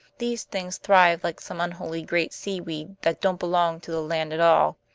these things thrive like some unholy great seaweed that don't belong to the land at all.